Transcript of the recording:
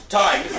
time